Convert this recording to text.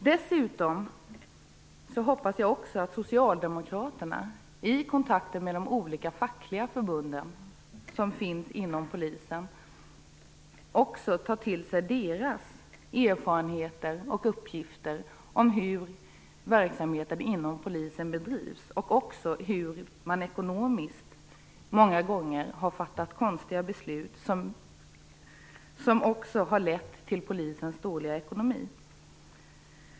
Dessutom hoppas jag att Socialdemokraterna vid kontakter med de olika fackliga förbunden som finns inom polisen tar till sig deras erfarenheter och uppgifter om hur verksamheten inom polisen bedrivs och om hur man ekonomiskt många gånger har fattat konstiga beslut som har lett till polisens dåliga ekonomi.